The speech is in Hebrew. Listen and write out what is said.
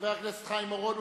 חבר הכנסת חיים אורון,